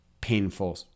painful